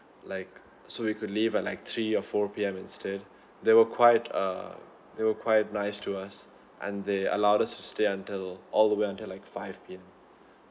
like so we could leave at like three or four P_M instead they were quite err they were quite nice to us and they allowed us to stay until all the way until like five P_M